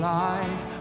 life